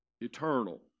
eternal